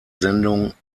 sendung